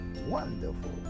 wonderful